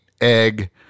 egg